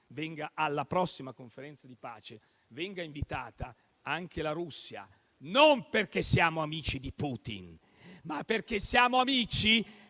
alla prossima conferenza di pace venga invitata anche la Russia, non perché siamo amici di Putin, ma perché siamo amici